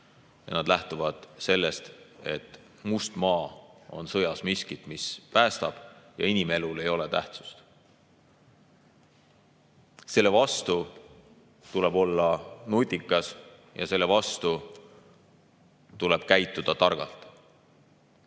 taktikast ning sellest, et must maa on sõjas miskit, mis päästab, ja inimelul ei ole tähtsust. Selle vastu tuleb olla nutikas ja selle vastu tuleb käituda targalt.